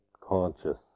conscious